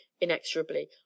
inexorably